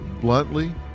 bluntly